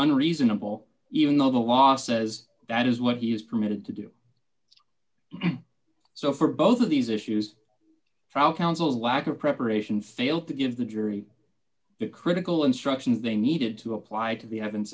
an reasonable even though the law says that is what he is permitted to do so for both of these issues trial counsel's lack of preparation failed to give the jury the critical instructions they needed to apply to the evidence